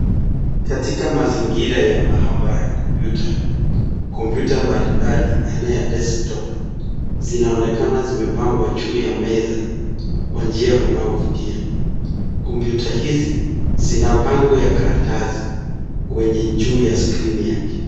Katika mazingira ya mahabara ya kompyuta. Kompyuta mbalimbali aina ya [desktop] zinaonekana zimepagwa juu ya meza kwa njia unaovutia, kompyuta hizi zina pango za karatasi kwenye juu ya [screen] yake.